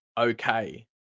okay